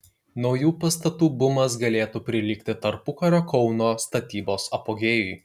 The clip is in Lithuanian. naujų pastatų bumas galėtų prilygti tarpukario kauno statybos apogėjui